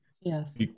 Yes